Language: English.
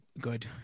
good